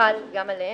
חל גם עליהם,